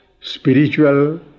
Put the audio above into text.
Spiritual